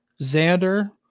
Xander